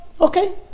Okay